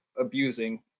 abusing